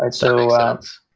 and so makes sense.